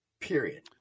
period